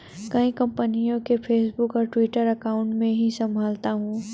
कई कंपनियों के फेसबुक और ट्विटर अकाउंट मैं ही संभालता हूं